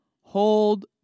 hold